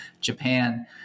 Japan